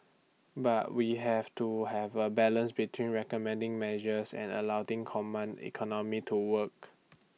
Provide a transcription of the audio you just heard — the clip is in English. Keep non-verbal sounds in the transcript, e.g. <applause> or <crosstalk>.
but we have to have A balance between recommending measures and <unintelligible> command economy to work